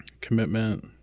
commitment